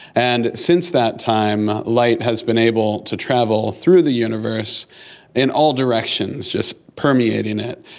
and since that time, light has been able to travel through the universe in all directions, just permeating it.